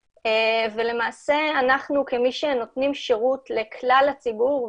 ולמעשה אנחנו כמי שנותנים שירות לכלל הציבור,